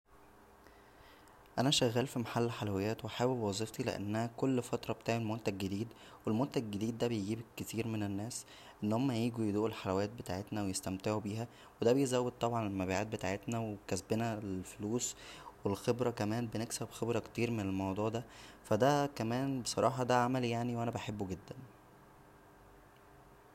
انا شغال فمحل حلويات و حابب وظيفتى لانها كل فتره بتعمل منتج جديد و المنتج الجديد دا بيجيب الكتير ن الناس ان هما ييجو يدوقو الحلويات بتاعتنا ويستمتعو بيها ودا بيزود طبعا المبيعات بتاعتنا و كسبنا للفلوس و الخبره كمان بنكسب خبره كتير من الموضوع دا فا دا كمان بصراحه دا عملى يعنى وانا بحبه جدا